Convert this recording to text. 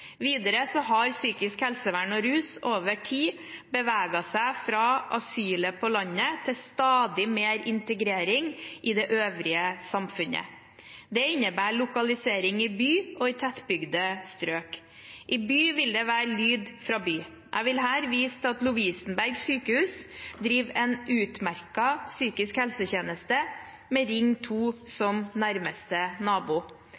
Videre har psykisk helsevern og rus over tid beveget seg fra asylet på landet til stadig mer integrering i det øvrige samfunnet. Det innebærer lokalisering i by og tettbygde strøk. I by vil det være lyd fra by. Jeg vil her vise til at Lovisenberg sykehus driver en utmerket psykisk helsetjeneste, med Ring 2 som nærmeste nabo.